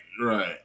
right